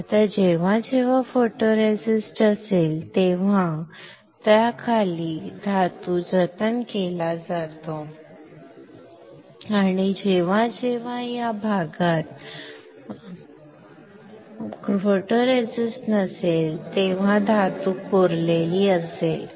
आता जेव्हा जेव्हा फोटोरेसिस्ट असेल तेव्हा त्याखालील धातू जतन केला जातो आणि जेव्हा जेव्हा या भागात फोटोरेसिस्ट नसेल तेव्हा धातू कोरलेली असेल